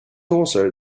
also